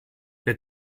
wir